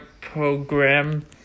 program